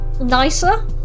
nicer